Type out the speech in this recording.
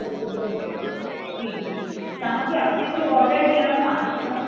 बिल्कुलु बिल्कुलु जी जी जी तव्हांखे अॻिते कोई ऑर्डर ॾियणो आहे छा